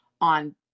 on